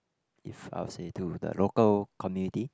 if I were say to the local community